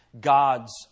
God's